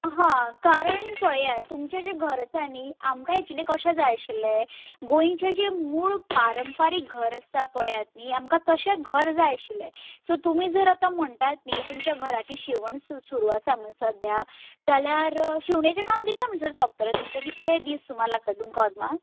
हां कारण पळयात तुमचें जें घर आसा न्हय आमकां एक्चली कशें जाय आशिल्लें गोंयचें जें मूळ पारंपारीक घर आसता पळयात न्हय आमकां तशें घर जाय आशिल्लें सो तुमी जर आतां म्हणटात न्हय तुमच्या घराची शिंवण सु सुरू आसा म्हणून सद्याक जाल्यार शिंवणेचें काम कित्त्या म्हणसर सोंपतलें तुमचें कितले दीस सुमा लागतल् तुमकां अदमास